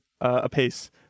apace